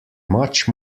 much